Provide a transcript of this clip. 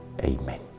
Amen